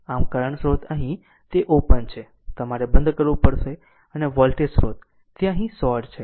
આમ કરંટ સ્રોત અહીં તે ઓપન છે તમારે બંધ કરવું પડશે અને વોલ્ટેજ સ્રોત તે અહીં શોર્ટ છે